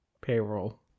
payroll